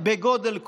בגודל כלשהו,